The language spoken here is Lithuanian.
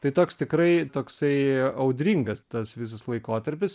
tai toks tikrai toksai audringas tas visas laikotarpis